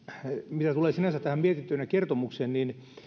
mitä tulee sinänsä tähän mietintöön ja kertomukseen niin